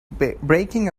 breaking